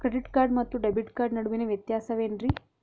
Credit card ಮತ್ತು debit card ನಡುವಿನ ವ್ಯತ್ಯಾಸ ವೇನ್ರೀ?